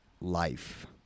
life